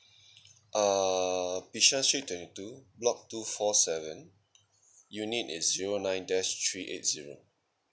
uh bishan street twenty two block two four seven unit is zero nine dash three eight zero